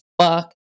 fuck